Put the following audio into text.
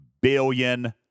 billion